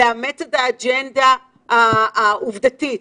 לאמץ את האג'נדה העובדתית,